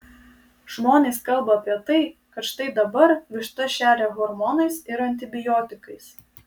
žmonės kalba apie tai kad štai dabar vištas šeria hormonais ir antibiotikais